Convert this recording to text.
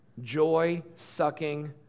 joy-sucking